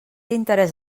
interès